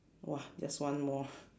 !wah! just one more